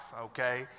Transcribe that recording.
Okay